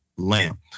Lamp